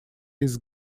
his